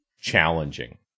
challenging